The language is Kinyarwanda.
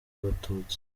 abatutsi